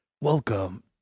welcome